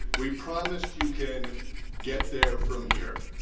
we promised you can get there from here.